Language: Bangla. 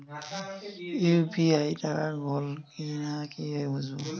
ইউ.পি.আই টাকা গোল কিনা কিভাবে বুঝব?